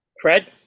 fred